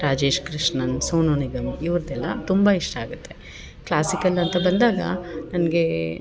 ರಾಜೇಶ್ ಕೃಷ್ಣನ್ ಸೋನು ನಿಗಮ್ ಇವ್ರ್ದೆಲ್ಲ ತುಂಬ ಇಷ್ಟಾಗುತ್ತೆ ಕ್ಲಾಸಿಕಲಂತ ಬಂದಾಗ ನನಗೆ